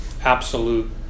absolute